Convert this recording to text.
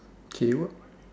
K what